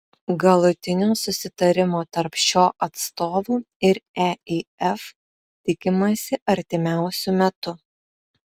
galutinio susitarimo tarp šio atstovų ir eif tikimasi artimiausiu metu